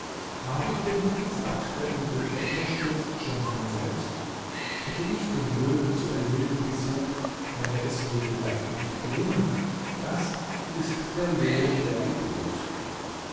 habe ich dir nicht gesagt der übeltäter stürzt schon von selbst hätte ich den löwen zu erlegen gesucht wäre es mir vielleicht nicht gelungen das ist der lohn der geduld